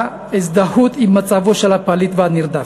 ההזדהות עם מצבו של הפליט והנרדף.